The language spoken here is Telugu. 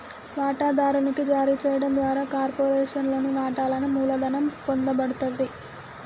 వాటాదారునికి జారీ చేయడం ద్వారా కార్పొరేషన్లోని వాటాలను మూలధనం పొందబడతది